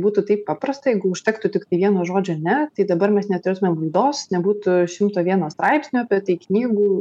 būtų taip paprasta jeigu užtektų tik tai vieno žodžio ne tai dabar mes neturėtumėm naudos nebūtų šimto vieno straipsnio apie tai knygų